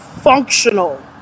functional